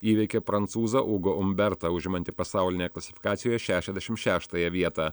įveikė prancūzą ūgo umbertą užimantį pasaulinėje klasifikacijoje šešiasdešim šeštąją vietą